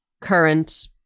current